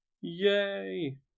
Yay